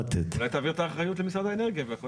אולי תעביר את האחריות למשרד האנרגיה והכל יהיה בסדר.